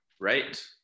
right